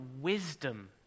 wisdom